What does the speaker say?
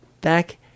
back